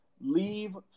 leave